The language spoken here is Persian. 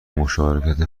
مشارکت